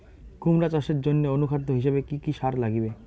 কুমড়া চাষের জইন্যে অনুখাদ্য হিসাবে কি কি সার লাগিবে?